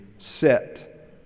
set